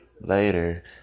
later